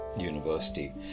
University